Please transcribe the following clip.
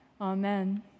Amen